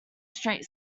street